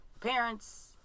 parents